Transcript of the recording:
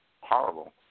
horrible